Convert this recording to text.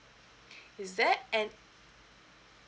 is there any